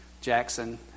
Jackson